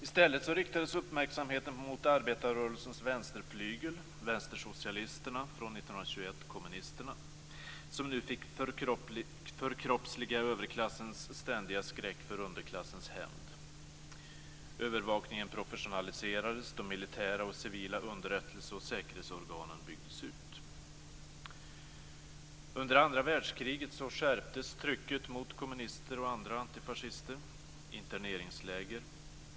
I stället riktades uppmärksamheten mot arbetarrörelsens vänsterflygel - vänstersocialisterna, från 1921 kommunisterna - som nu fick förkroppsliga överklassens ständiga skräck för underklassens hämnd. Övervakningen professionaliserades, de militära och civila underrättelse och säkerhetsorganen byggdes ut. Under andra världskriget skärptes trycket mot kommunister och andra antifascister. Interneringsläger upprättades.